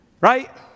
right